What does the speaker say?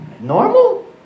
Normal